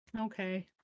Okay